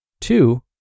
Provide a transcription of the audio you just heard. two